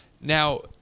Now